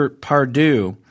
Pardue